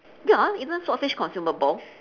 ya isn't swordfish consumable